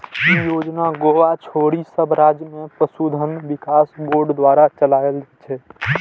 ई योजना गोवा छोड़ि सब राज्य मे पशुधन विकास बोर्ड द्वारा चलाएल जाइ छै